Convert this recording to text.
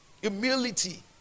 Humility